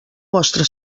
vostra